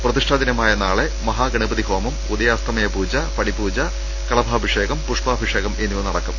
പ്രതിഷ്ഠാദിനമായ നാളെ മഹാഗണപതിഹോമം ഉദയാസ്തമന പൂജ പടിപൂജ കളഭാഭിഷേകം പുഷ്പാഭിഷേകം എന്നിവ നടക്കും